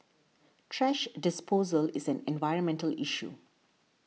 thrash disposal is an environmental issue